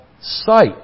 sight